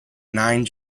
nine